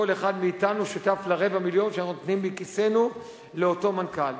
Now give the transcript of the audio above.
כל אחד מאתנו שותף לרבע מיליון שאנחנו נותנים מכיסנו לאותו מנכ"ל.